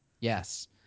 Yes